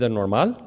normal